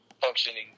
functioning